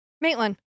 Maitland